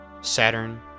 Saturn